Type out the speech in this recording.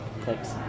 Thanks